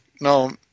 No